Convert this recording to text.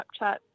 Snapchat